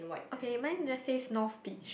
okay mine just says north beach